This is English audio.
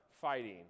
fighting